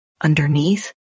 underneath